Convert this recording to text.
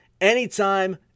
anytime